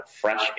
fresh